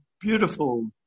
beautiful